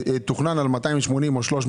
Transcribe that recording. תוכנן על 280 או 300,